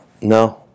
no